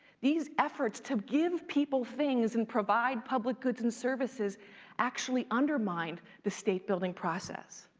these efforts to give people things and provide public goods and services actually undermined the state building process.